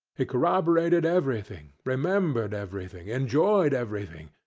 he corroborated everything, remembered everything, enjoyed everything,